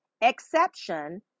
exception